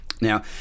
Now